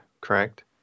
correct